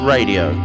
Radio